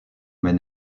mais